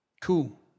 Cool